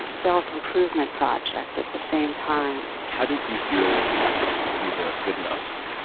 um self-improvement project at the same time. how did you feel you weren't good enough?